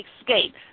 Escape